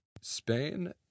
Spain